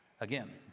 again